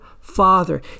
Father